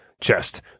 chest